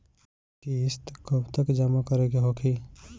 किस्त कब तक जमा करें के होखी?